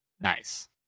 nice